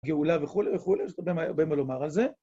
גאולה וכולי וכולי, יש הרבה מה לומר על זה.